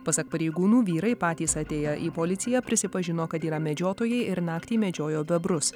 pasak pareigūnų vyrai patys atėję į policiją prisipažino kad yra medžiotojai ir naktį medžiojo bebrus